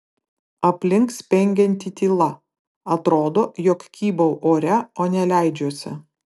aplink spengianti tyla atrodo jog kybau ore o ne leidžiuosi